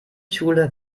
schule